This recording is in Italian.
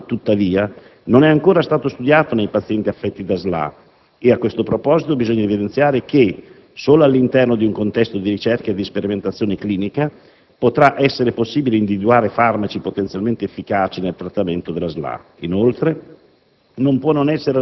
questo farmaco, tuttavia, non è ancora stato studiato nei pazienti affetti da SLA e, a questo proposito, bisogna evidenziare che, solo all'interno di un contesto di ricerca e di sperimentazione clinica, potrà essere possibile individuare farmaci potenzialmente efficaci nel trattamento della SLA. Inoltre,